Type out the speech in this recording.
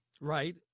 Right